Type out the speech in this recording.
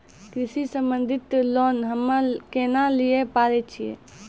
कृषि संबंधित लोन हम्मय केना लिये पारे छियै?